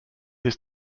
his